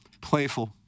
playful